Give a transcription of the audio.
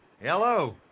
Hello